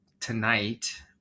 tonight